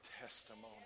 testimony